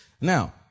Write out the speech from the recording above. Now